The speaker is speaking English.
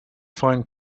find